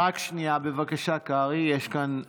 לא, רק שנייה בבקשה, קרעי, יש כאן כנראה,